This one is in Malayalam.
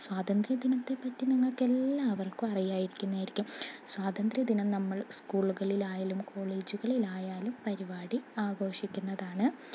സ്വാതന്ത്ര്യ ദിനത്തെ പറ്റി നിങ്ങക്ക് എല്ലാവർക്കും അറിയായിരിക്കുന്നതായിരിക്കും സ്വാതന്ത്ര്യ ദിനം നമ്മൾ സ്കൂളുകളിലായാലും കോളേജുകളിലായാലും പരിപാടി ആഘോഷിക്കുന്നതാണ്